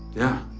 yeah.